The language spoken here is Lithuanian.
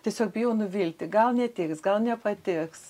tiesiog bijau nuvilti gal netiks gal nepatiks